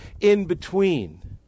in-between